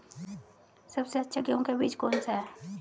सबसे अच्छा गेहूँ का बीज कौन सा है?